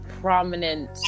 prominent